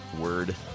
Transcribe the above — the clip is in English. Word